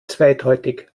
zweideutig